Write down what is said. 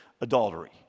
adultery